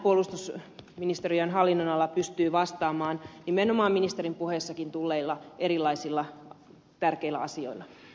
tähän puolustusministeriön hallinnonala pystyy vastaamaan nimenomaan ministerin puheissakin tulleilla erilaisilla tärkeillä asioilla